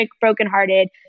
brokenhearted